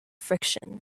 friction